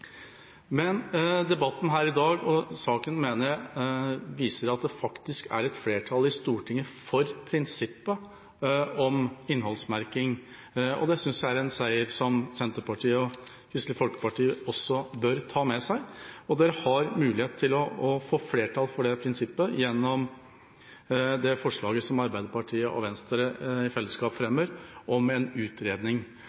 Men debatten her i dag og saken mener jeg viser at det er et flertall i Stortinget for prinsippet om innholdsmerking, og det synes jeg er en seier som Senterpartiet og Kristelig Folkeparti også bør ta med seg. De har mulighet til å få flertall for dette prinsippet gjennom det forslaget som Arbeiderpartiet og Venstre i fellesskap fremmer om en utredning.